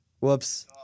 Whoops